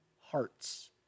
hearts